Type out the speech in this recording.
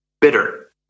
bitter